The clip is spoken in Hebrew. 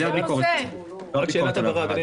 זאת הביקורת הציבורית, לא ביקורת על הוועדה.